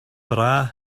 bra